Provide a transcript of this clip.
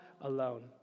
alone